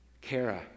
Kara